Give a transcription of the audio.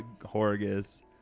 Horgus